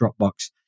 Dropbox